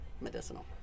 medicinal